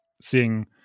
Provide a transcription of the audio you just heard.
seeing